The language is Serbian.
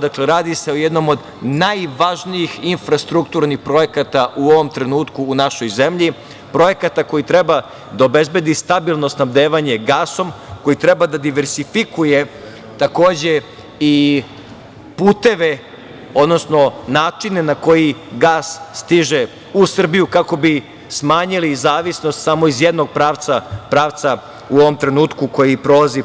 Dakle, radi se o jednom od najvažnijih infrastrukturnih projekata u ovom trenutku u našoj zemlji, projekata koji treba da obezbedi stabilno snabdevanje gasom, koji treba da diversifikuje takođe i puteve, odnosno načine na koji gas stiže u Srbiju kako bi smanjili zavisnost samo iz jednog pravca, pravca u ovom trenutku koji prolazi